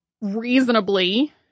reasonably